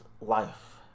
life